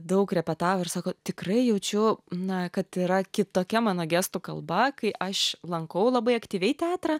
daug repetavo ir sako tikrai jaučiu na kad yra kitokia mano gestų kalba kai aš lankau labai aktyviai teatrą